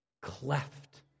cleft